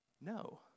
No